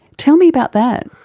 tell me about that.